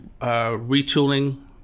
retooling